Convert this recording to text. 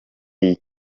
iyi